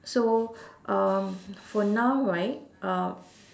so um for now right uh